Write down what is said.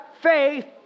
faith